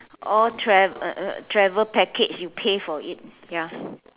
oh trav~ uh travel package you pay for it ya